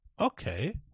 Okay